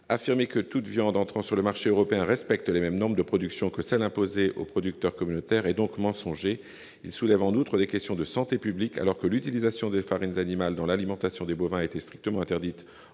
affirmer que toute viande entrant sur le marché européen respecte les mêmes normes de production que celles qui sont imposées aux producteurs communautaires est donc mensonger. Elle soulève, en outre, des questions de santé publique : alors que l'utilisation des farines animales dans l'alimentation des bovins a été strictement prohibée